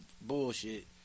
bullshit